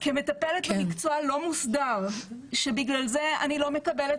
במקצוע לא מוסדר שבגלל זה אני לא מקבלת